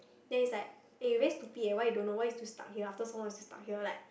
then he's like eh you very stupid eh why you don't know why you still stuck here after so long you still stuck here like